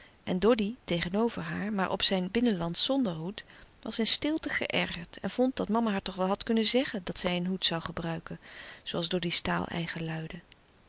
stille kracht over haar maar op zijn binnenlandsch zonder hoed was in stilte geërgerd en vond dat mama haar toch wel had kunnen zeggen dat zij een hoed zoû gebruiken zooals doddy's taaleigen luidde